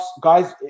guys